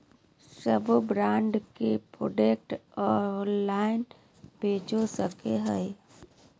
सभे ब्रांड के product online बेच सको हइ